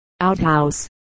outhouse